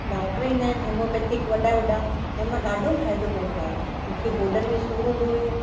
doctor ईंदा आहिनि homeopathic वॾा वॾा तंहिं मां ॾाढो फ़ाइदो पवंदो आहे मूंखे गोॾनि में सूर हूंदो हुयो